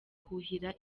kuhira